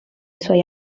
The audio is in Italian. suoi